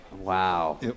wow